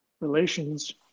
relations